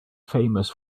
famous